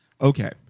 Okay